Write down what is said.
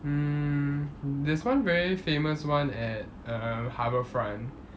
mm there's one very famous [one] at err harbourfront